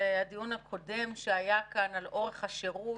הדיון הקודם שהיה כאן על אורך השירות